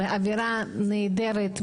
באווירה נהדרת,